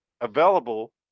available